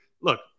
Look